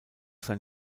sein